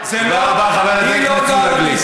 מותר, תודה רבה, חבר הכנסת יהודה גליק.